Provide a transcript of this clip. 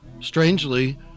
Strangely